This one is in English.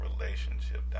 relationship